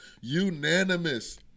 unanimous